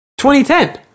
2010